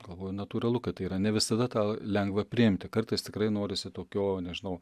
galvoju natūralu kad tai yra ne visada tau lengva priimti kartais tikrai norisi tokio nežinau